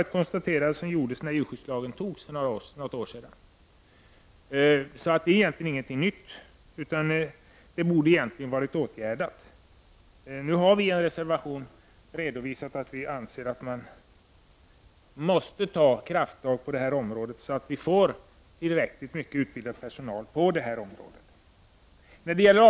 Det konstaterandet gjordes när djurskyddslagen antogs för några år sedan. Detta är alltså egentligen inte något nytt, utan den frågan borde redan vara åtgärdad. I en reservation har vi redovisat att vi anser att det måste tas krafttag på detta område, så att tillräckligt många människor utbildas för denna verksamhet.